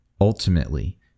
ultimately